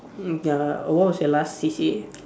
mm ya what was your last C_C_A